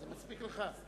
זה מספיק לך?